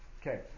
Okay